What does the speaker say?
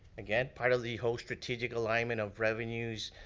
again, part of the whole strategic alignment of revenues,